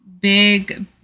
big